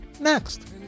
next